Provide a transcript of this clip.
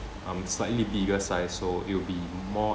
I'm slightly bigger size so it will be more